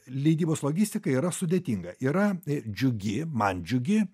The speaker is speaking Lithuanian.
leidybos logistika yra sudėtinga yra džiugi man džiugi